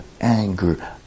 anger